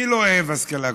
מי לא אוהב השכלה גבוהה?